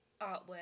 artwork